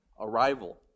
arrival